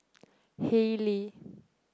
Haylee